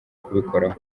kubikoraho